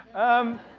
um,